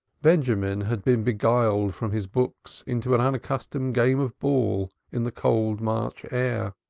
benjamin had been beguiled from his books into an unaccustomed game of ball in the cold march air.